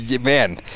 man